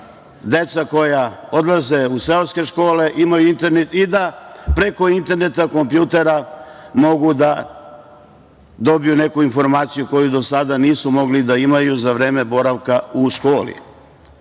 deca koja odlaze u seoske škole, imaju internet i da preko interneta, kompjutera mogu da dobiju neku informaciju koju do sada nisu mogli da imaju za vreme boravka u školi